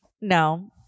No